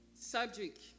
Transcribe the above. subject